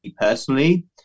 personally